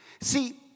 see